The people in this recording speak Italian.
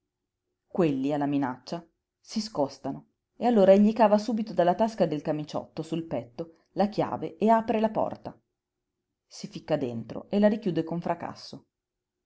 quelli alla minaccia si scostano e allora egli cava subito dalla tasca del camiciotto sul petto la chiave e apre la porta si ficca dentro e la richiude con fracasso